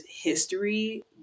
history